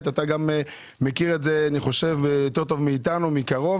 אתה גם מכיר את זה מקרוב טוב מאיתנו.